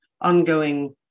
ongoing